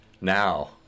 Now